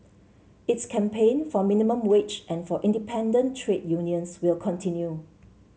its campaign for minimum wage and for independent trade unions will continue